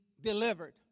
delivered